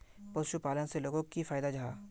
पशुपालन से लोगोक की फायदा जाहा?